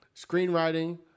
screenwriting